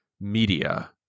media